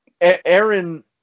Aaron